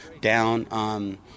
down